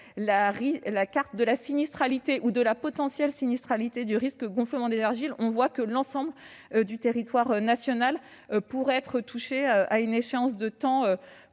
la carte de la sinistralité ou de la potentielle sinistralité du risque retrait-gonflement des argiles révèle que l'ensemble du territoire national pourrait être touché à une échéance de temps